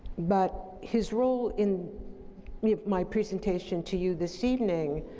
but his role in my presentation to you this evening,